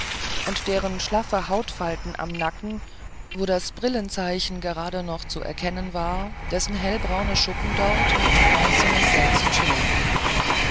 und deren schlaffe hautfalten am nacken wo das brillenzeichen gerade noch zu erkennen war dessen hellbraune schuppen dort mit bronzenem glänze schillerten